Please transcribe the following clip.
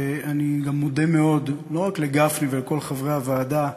ואני גם מודה מאוד לא רק לגפני ולכל חברי הוועדה,